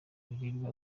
biribwa